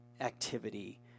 activity